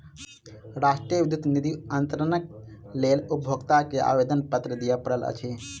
राष्ट्रीय विद्युत निधि अन्तरणक लेल उपभोगता के आवेदनपत्र दिअ पड़ैत अछि